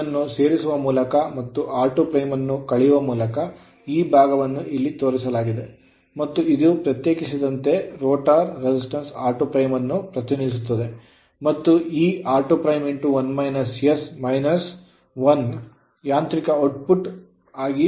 r2' ಅನ್ನು ಸೇರಿಸುವ ಮೂಲಕ ಮತ್ತು r2' ಅನ್ನು ಕಳೆಯುವ ಮೂಲಕ ಈ ಭಾಗವನ್ನು ಇಲ್ಲಿ ತೋರಿಸಲಾಗಿದೆ ಮತ್ತು ಇದು ಪ್ರತ್ಯೇಕಿಸಿದಂತೆ ರೋಟರ್ ರೆಸಿಸ್ಟೆನ್ಸ್ r2' ಅನ್ನು ಪ್ರತಿನಿಧಿಸುತ್ತದೆ ಮತ್ತು ಈ r2' 1s - 1 ಯಾಂತ್ರಿಕ ಔಟ್ಪುಟ್ ಆಗಿ ಪ್ರತಿನಿಧಿಸುತ್ತದೆ